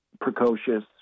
precocious